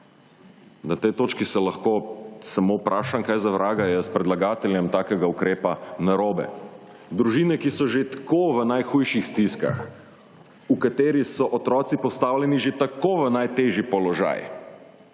Na tej točki se lahko samo vprašam, kaj za vraga je s predlagateljem takega ukrepa narobe. Družine, ki so že tako v najhujših stiskah, v kateri so otroci postavljeni že tako v najtežji položaj,